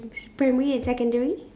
s~ primary and secondary